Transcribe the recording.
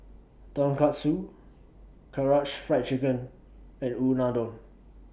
Tonkatsu Karaage Fried Chicken and Unadon